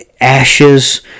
ashes